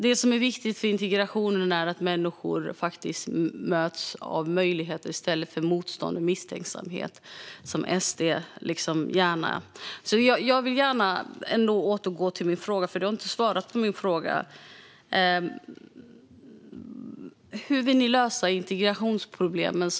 Det som är viktigt för integrationen är att människor faktiskt möts av möjligheter i stället för motstånd och misstänksamhet. Jag vill gärna återkomma till min fråga, för den har Ludvig Aspling inte svarat på: Hur vill ni lösa integrationsproblemen?